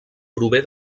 prové